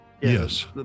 yes